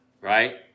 right